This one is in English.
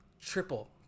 triple